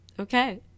okay